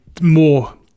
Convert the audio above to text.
more